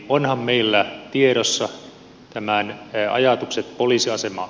onhan meillä tiedossa tänään ja ajatukset poliisiasemaa